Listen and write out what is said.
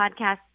Podcast